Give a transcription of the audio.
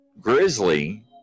Grizzly